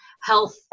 health